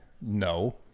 No